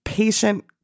Patient